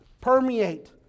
permeate